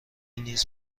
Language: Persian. نیز